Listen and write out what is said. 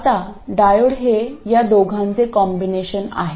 आता डायोड हे या दोघांचे कॉम्बिनेशन आहे